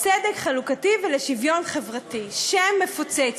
לצדק חלוקתי ולשוויון חברתי, שם מפוצץ.